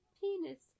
penis